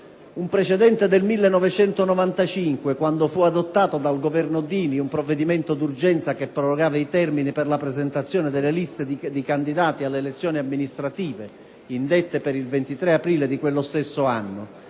un precedente del 1995, quando fu adottato dal Governo Dini un provvedimento d'urgenza che prorogava i termini per la presentazione delle liste di candidati alle elezioni amministrative indette per il 23 aprile di quello stesso anno.